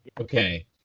Okay